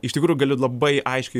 iš tikrųjų galiu labai aiškiai